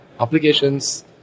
applications